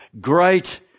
Great